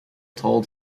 told